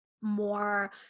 more